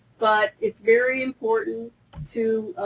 but it's very important to